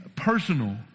personal